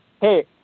hey